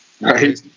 right